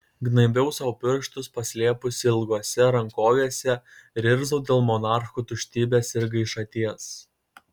gnaibiau sau pirštus paslėpusi ilgose rankovėse ir irzau dėl monarchų tuštybės ir gaišaties